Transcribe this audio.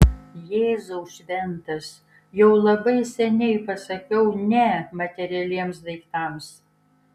jėzau šventas jau labai seniai pasakiau ne materialiems daiktams